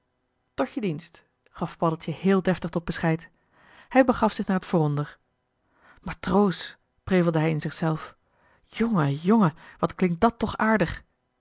tot je dienst gaf paddeltje heel deftig tot bescheid hij begaf zich naar t vooronder matroos prevelde hij in zich-zelf jonge jonge wat klinkt dat toch aardig